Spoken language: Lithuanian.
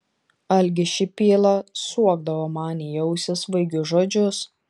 algis šipyla suokdavo man į ausį svaigius žodžius